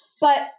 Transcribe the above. But-